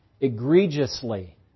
egregiously